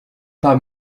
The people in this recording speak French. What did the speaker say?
pas